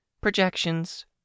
Projections